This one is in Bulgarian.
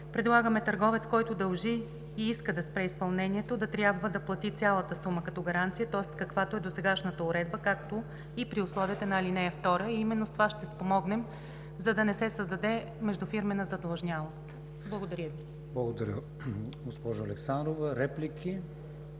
Предлагаме търговец, който дължи и иска да спре изпълнението, да трябва да плати цялата сума като гаранция, тоест каквато е досегашната уредба, както и при условията на ал. 2. Именно с това ще спомогнем, за да не се създаде междуфирмена задлъжнялост. Благодаря Ви. ПРЕДСЕДАТЕЛ КРИСТИАН ВИГЕНИН: Благодаря Ви, госпожо Александрова. Реплики?